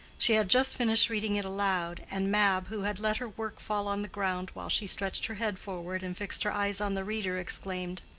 she had just finished reading it aloud, and mab, who had let her work fall on the ground while she stretched her head forward and fixed her eyes on the reader, exclaimed,